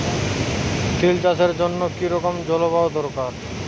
তিল চাষের জন্য কি রকম জলবায়ু দরকার?